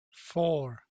four